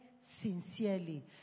sincerely